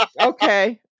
Okay